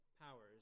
powers